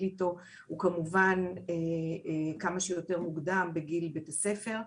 איתו הוא כמובן כמה שיותר מוקדם בגיל בית הספר,